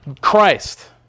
Christ